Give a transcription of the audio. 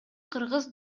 кыргыз